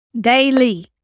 Daily